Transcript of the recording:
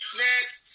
next